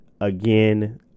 again